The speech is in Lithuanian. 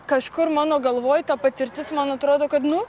kažkur mano galvoj ta patirtis man atrodo kad nu